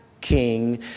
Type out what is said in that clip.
King